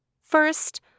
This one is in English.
First